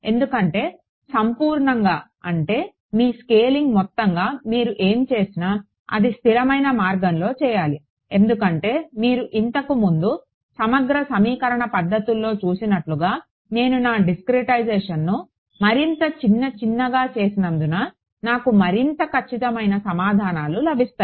ఎందుకంటే సంపూర్ణంగా అంటే మీ స్కేలింగ్ మొత్తంగా మీరు ఏమి చేసినా అది స్థిరమైన మార్గంలో చేయాలి ఎందుకంటే మీరు ఇంతకు ముందు సమగ్ర సమీకరణ పద్ధతుల్లో చూసినట్లుగా నేను నా డిస్క్రెటైజేషన్ను మరింత చిన్న చిన్నగా చేసినందున నాకు మరింత ఖచ్చితమైన సమాధానాలు లభిస్తాయి